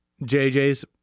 JJ's